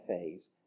phase